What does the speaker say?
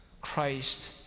Christ